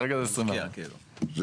כרגע 24. להשקיע?